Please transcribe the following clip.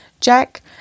Jack